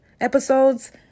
episodes